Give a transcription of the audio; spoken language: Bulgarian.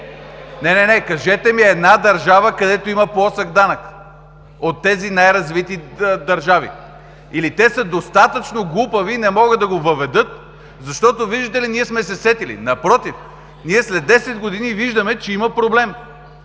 Не, не! Кажете ми една държава, където има плосък данък от тези най-развити държави или те са достатъчно глупави и не могат да го въведат, защото, виждате ли, ние сме се сетили?! Напротив, ние след десет години виждаме, че има проблем,